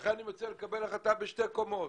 אני מציע לקבל החלטה בשתי קומות: